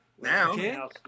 Now